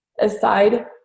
aside